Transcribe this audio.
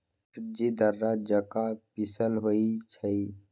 सूज़्ज़ी दर्रा जका पिसल होइ छइ